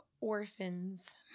orphans